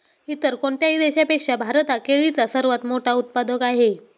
इतर कोणत्याही देशापेक्षा भारत हा केळीचा सर्वात मोठा उत्पादक आहे